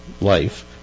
life